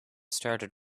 started